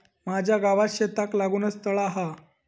माझ्या गावात शेताक लागूनच तळा हा